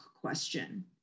question